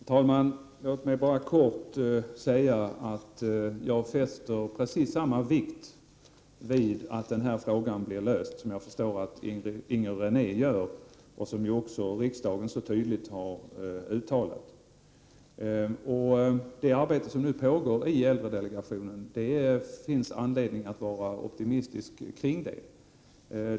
Herr talman! Låt mig bara kort säga att jag fäster precis samma vikt vid att den här frågan blir löst som jag förstår att Inger René gör och som också riksdagen, enligt vad den så tydligt har uttalat, gör. När det gäller det arbete som nu pågår i äldredelegationen finns det anledning att vara optimistisk.